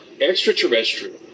extraterrestrial